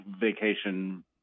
vacation